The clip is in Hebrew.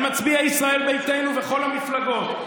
על מצביעי ישראל ביתנו וכל המפלגות,